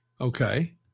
okay